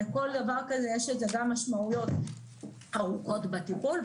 לכל דבר כזה יש משמעויות ארוכות בטיפול,